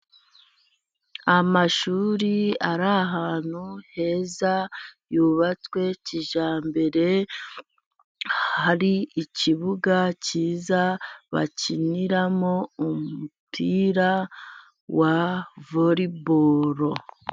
Amashuri ari ahantu heza yubatswe kijyambere ,hari ikibuga cyiza bakiniramo umupira wa volebalo.